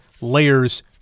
layers